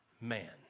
man